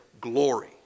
glory